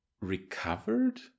recovered